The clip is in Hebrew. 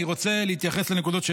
אני רוצה להתייחס לנקודות שהעלית.